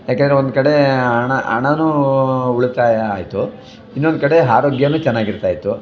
ಯಾಕೆಂದರೆ ಒಂದು ಕಡೆ ಹಣ ಹಣನು ಉಳಿತಾಯ ಆಯಿತು ಇನ್ನೊಂದು ಕಡೆ ಆರೋಗ್ಯನು ಚೆನ್ನಾಗಿರ್ತಾಯಿತ್ತು